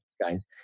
guys